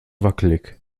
wackelig